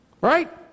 Right